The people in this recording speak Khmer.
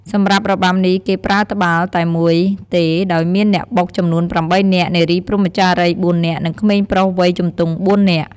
សម្រាប់របាំនេះគេប្រើត្បាល់តែមួយទេដោយមានអ្នកបុកចំនួន៨នាក់ នារីព្រហ្មចារីយ៍៤នាក់ និងក្មេងប្រុសវ័យជំទង់៤នាក់។